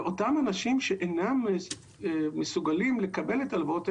ואותם אנשים שאינם מסוגלים לקבל את ההלוואות,